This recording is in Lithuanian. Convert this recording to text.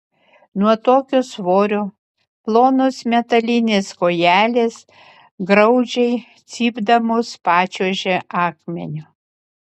nuo tokio svorio plonos metalinės kojelės graudžiai cypdamos pačiuožė akmeniu